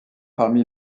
parmi